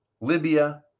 Libya